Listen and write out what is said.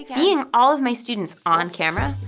seeing all of my students on camera.